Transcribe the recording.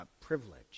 privilege